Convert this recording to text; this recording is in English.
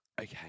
Okay